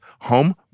home